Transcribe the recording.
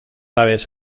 aves